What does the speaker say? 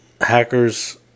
hackers